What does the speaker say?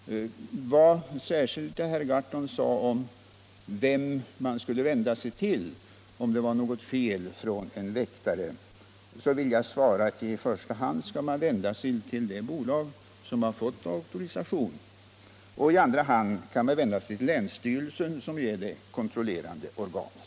På herr Gahrtons fråga vem man skall vända sig till när en väktare har begått ett fel vill jag svara att man i första hand skall vända sig till det bolag som har fått auktorisation och i andra hand till länsstyrelsen, som ju är det kontrollerande organet.